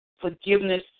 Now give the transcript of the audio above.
Forgiveness